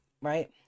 right